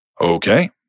Okay